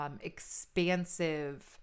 expansive